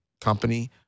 company